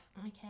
Okay